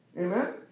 Amen